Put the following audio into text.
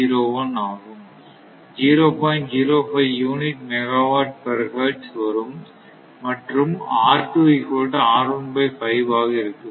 05 unit megawatt per hertz வரும் மற்றும் ஆக இருக்கும்